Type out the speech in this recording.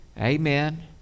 Amen